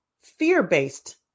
fear-based